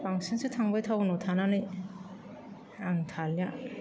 बांसिनसो थांबाय टाउनाव थानानै आं थालिया